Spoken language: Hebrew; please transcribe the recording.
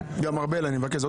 גם ארבל, אני מבקש.